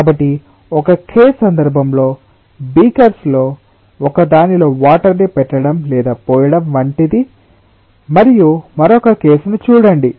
కాబట్టి ఒక కేస్ సందర్భంలో బీకర్స్ లో ఒకదానిలో వాటర్ ని పెట్టడం లేదా పోయడం వంటిది మరియు మరొక కేసును చూడండి